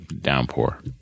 downpour